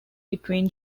between